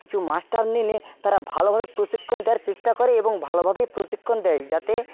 কিছু মাস্টার নিলে তারা ভালোভাবে প্রশিক্ষণ দেওয়ার চেষ্টা করে এবং ভালোভাবেই প্রশিক্ষণ দেয় যাতে